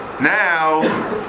Now